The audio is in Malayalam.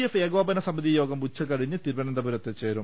എഫ് ഏകോപന സമിതിയോഗം ഉച്ചകഴിഞ്ഞ് തിരുവനന്തപുരത്ത് ചേരും